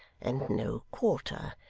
and no quarter,